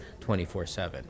24-7